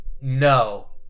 No